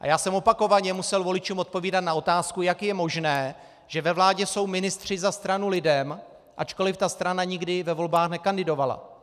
A já jsem opakovaně musel voličům odpovídat na otázku, jak je možné, že ve vládě jsou ministři za stranu LIDEM, ačkoliv ta strana nikdy ve volbách nekandidovala.